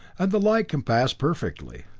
and the light can pass perfectly.